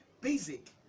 basic